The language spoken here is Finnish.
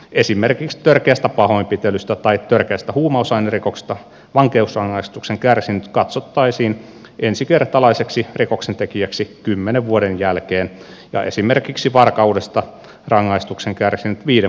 esimerkiksi törkeästä pahoinpitelystä tai törkeästä huumausainerikoksesta vankeusrangaistuksen kärsinyt katsottaisiin ensikertalaiseksi rikoksentekijäksi kymmenen vuoden jälkeen ja esimerkiksi varkaudesta rangaistuksen kärsinyt viiden vuoden jälkeen